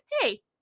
hey